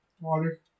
Water